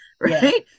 right